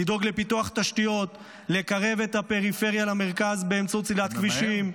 לדאוג לפיתוח תשתיות ולקרב את הפריפריה למרכז באמצעות סלילת כבישים,